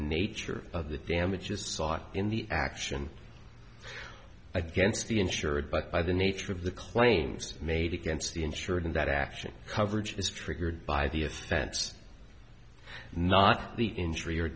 nature of the damages sought in the action against the insured but by the nature of the claims made against the insured and that action coverage is triggered by the offense not the injury or